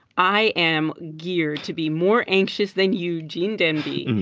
i am geared to be more anxious than you, gene demby.